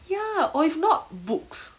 ya or if not books